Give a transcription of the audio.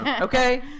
Okay